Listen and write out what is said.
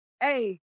hey